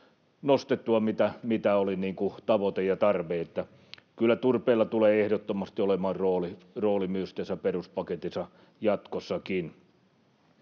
nostettua siitä, mitä oli tavoitteena ja tarpeena. Kyllä turpeella tulee ehdottomasti olemaan rooli myös tässä peruspaketissa jatkossakin.